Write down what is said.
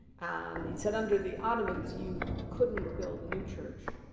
and he said, under the ottomans, you couldn't build a new church,